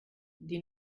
die